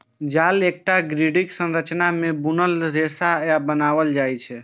जाल कें एकटा ग्रिडक संरचना मे बुनल रेशा सं बनाएल जाइ छै